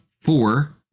four